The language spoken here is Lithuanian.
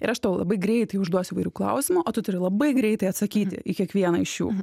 ir aš tau labai greitai užduosiu įvairių klausimų o tu turi labai greitai atsakyti į kiekvieną iš jų